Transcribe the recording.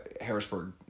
Harrisburg